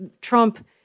Trump